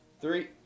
Three